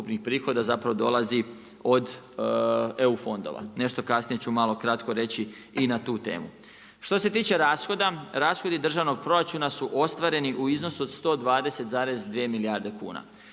zapravo dolazi od EU fondova. Nešto kasnije ću malo kratko reći i na tu temu. Što se tiče rashoda, rashodi državnog proračuna su ostvareni u iznosu od 120,2 milijarde kuna.